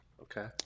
Okay